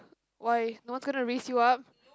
why no one is gonna raise you up